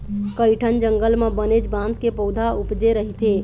कइठन जंगल म बनेच बांस के पउथा उपजे रहिथे